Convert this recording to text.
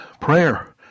prayer